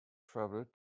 traveled